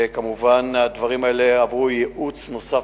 וכמובן הדברים האלה עברו ייעוץ נוסף,